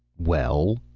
well